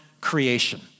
creation